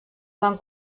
van